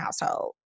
household